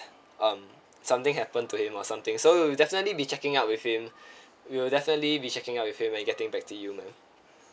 um something happened to him or something so we'll definitely be checking up with him we'll definitely be checking up with him and getting back to you ma'am